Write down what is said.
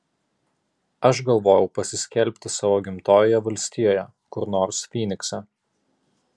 aš galvojau pasiskelbti savo gimtojoje valstijoje kur nors fynikse